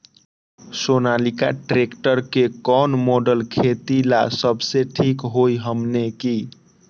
Sonalika tractor के कौन model खेती ला सबसे ठीक होई हमने की?